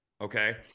okay